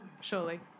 surely